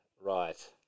Right